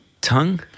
tongue